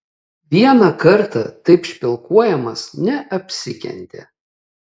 vieną kartą taip špilkuojamas neapsikentė